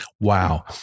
Wow